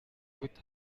with